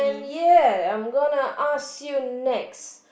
ya I'm gonna ask you next